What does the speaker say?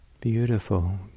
Beautiful